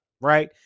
right